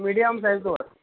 medium size दवर